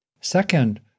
Second